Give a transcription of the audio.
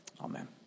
Amen